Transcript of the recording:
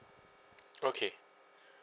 okay